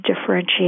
differentiate